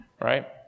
right